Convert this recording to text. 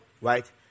right